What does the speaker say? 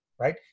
right